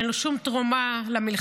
אין לו שום תרומה למלחמה,